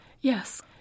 Yes